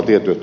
ei ole